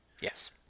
Yes